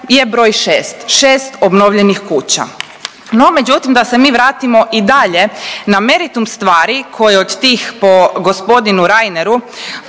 je broj 6, 6 obnovljenih kuća. No međutim da se mi vratimo i dalje na meritum stvari koje od tih po g. Reineru